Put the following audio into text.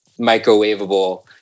microwavable